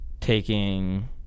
Taking